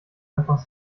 einfach